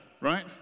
right